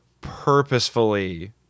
purposefully